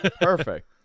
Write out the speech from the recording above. Perfect